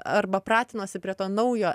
arba pratinosi prie to naujo